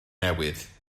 newydd